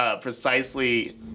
precisely